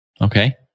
Okay